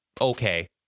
Okay